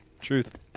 Truth